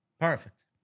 Perfect